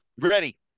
Ready